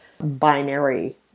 binary